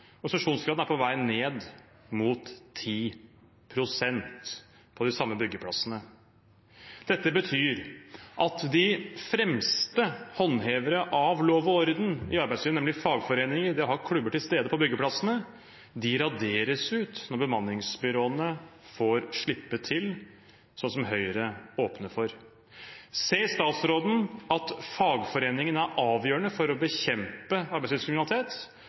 Organisasjonsgraden er på vei ned mot 10 pst. på de samme byggeplassene. Dette betyr at de fremste håndhevere av lov og orden i arbeidslivet, nemlig fagforeninger som har klubber til stede på byggeplassene, raderes ut når bemanningsbyråene får slippe til, slik som Høyre åpner for. Ser statsråden at fagforeningene er avgjørende for å bekjempe arbeidslivskriminalitet?